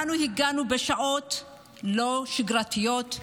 אנחנו הגענו בשעות לא שגרתיות,